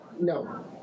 no